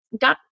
got